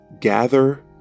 gather